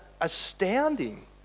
astounding